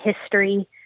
history